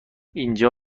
اینجا